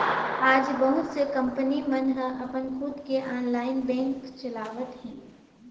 आज बहुत से कंपनी मन ह अपन खुद के ऑनलाईन बेंक चलावत हे